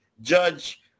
judge